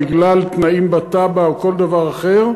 בגלל תנאים בתב"ע או כל דבר אחר,